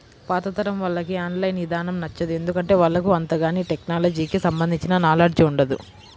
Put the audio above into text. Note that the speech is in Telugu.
పాతతరం వాళ్లకి ఆన్ లైన్ ఇదానం నచ్చదు, ఎందుకంటే వాళ్లకు అంతగాని టెక్నలజీకి సంబంధించిన నాలెడ్జ్ ఉండదు